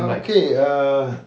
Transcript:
okay err